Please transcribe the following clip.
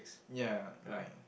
ya like